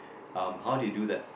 um how do you do that